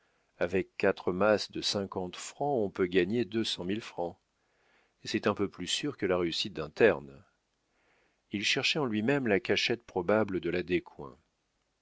avec quatre masses de cinquante francs on peut gagner deux cent mille francs et c'est un peu plus sûr que la réussite d'un terne il cherchait en lui-même la cachette probable de la